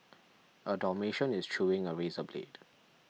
a dalmatian is chewing a razor blade